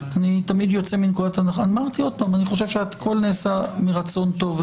אני תמיד יוצא מנקודת הנחה שהכול נעשה מרצון טוב,